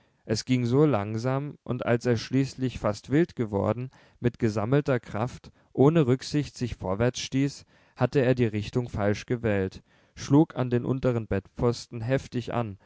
es ging so langsam und als er schließlich fast wild geworden mit gesammelter kraft ohne rücksicht sich vorwärtsstieß hatte er die richtung falsch gewählt schlug an den unteren bettpfosten heftig an